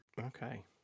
okay